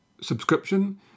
subscription